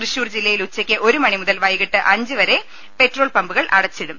തൃശൂർ ജില്ലയിൽ ഉച്ചക്ക് ഒരു മണി മുതൽ വൈകീട്ട് അഞ്ചു വരെ പെട്രോൾ പമ്പുകൾ അടച്ചിടും